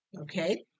Okay